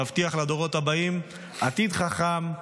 נבטיח לדורות הבאים עתיד חכם,